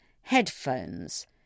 headphones